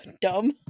dumb